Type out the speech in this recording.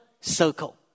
circle